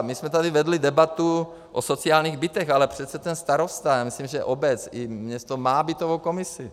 My jsme tady vedli debatu o sociálních bytech, ale přece ten starosta, já myslím, že obec i město má bytovou komisi.